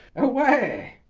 away.